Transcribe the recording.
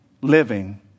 living